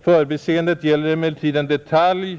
Förbiseendet gäller emellertid en detalj